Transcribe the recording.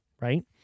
right